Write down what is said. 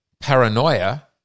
paranoia